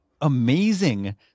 amazing